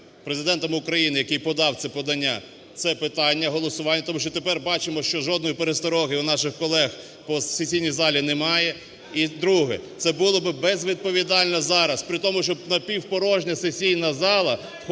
Президентом України, який подав це подання, це питання, голосування, тому що тепер бачимо, що жодної перестороги у наших колег по сесійній залі немає. І друге. Це було би безвідповідально зараз при тому, що напівпорожня сесійна зала, входити